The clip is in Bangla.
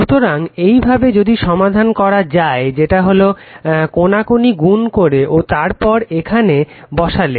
সুতরাং এইভাবে যদি সমাধান করা যায় যেটা হলো কনাকুনি গুণ করে ও তারপর এখানে বসালে